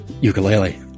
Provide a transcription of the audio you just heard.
ukulele